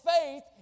faith